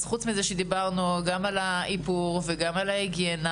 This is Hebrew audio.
אז חוץ מזה שדיברנו גם על האיפור וגם על ההיגיינה